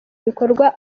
bikorwa